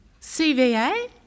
CVA